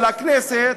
על הכנסת,